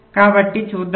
కాబట్టి చూద్దాం